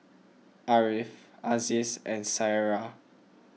Ariff Aziz and Syirah